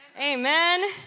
Amen